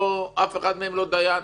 אף אחד מהם לא דיין.